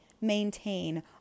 maintain